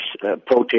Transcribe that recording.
protest